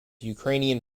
ukrainian